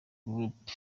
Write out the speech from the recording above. group